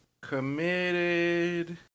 committed